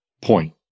point